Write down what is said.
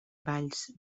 balls